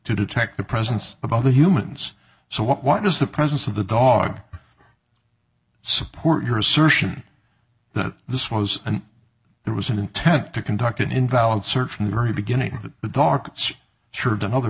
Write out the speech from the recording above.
to detect the presence of other humans so what what does the presence of the dog support your assertion that this was and there was an intent to conduct an invalid search from very beginning to the dark tradin other